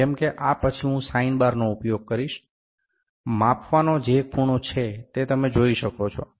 જેમ કે આ પછી હું સાઈન બારનો ઉપયોગ કરીશ માપવાનો જે ખૂણો છે તે તમે જોઇ શકો છો